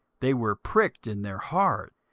they were pricked in their heart,